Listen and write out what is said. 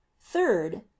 third